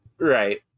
Right